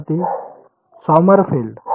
विद्यार्थीः सॉमरफेल्ड